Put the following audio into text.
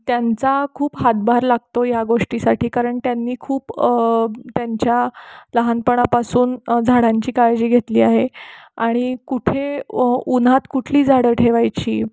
त्यांचा खूप हातभार लागतो या गोष्टीसाठी कारण त्यांनी खूप त्यांच्या लहानपणापासून झाडांची काळजी घेतली आहे आणि कुठे उन्हात कुठली झाडं ठेवायची